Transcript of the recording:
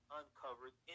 uncovered